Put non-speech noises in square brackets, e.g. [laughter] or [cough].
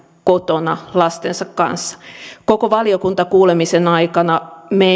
kotona lastensa kanssa koko valiokuntakuulemisen aikana me [unintelligible]